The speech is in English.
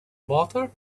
butter